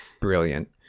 brilliant